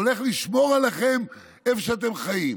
הולך לשמור עליכם איפה שאתם חיים,